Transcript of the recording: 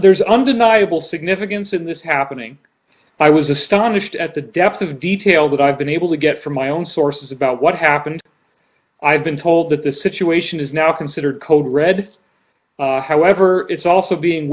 there's undeniable significance in this happening i was astonished at the depth of detail that i've been able to get from my own sources about what happened i've been told that the situation is now considered code red however it's also being